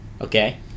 Okay